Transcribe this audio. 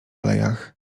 alejach